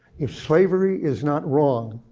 if slavery is not wrong,